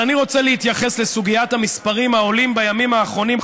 אבל אני רוצה להתייחס לסוגיית המספרים העולים בימים האחרונים,